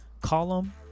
Column